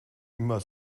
immer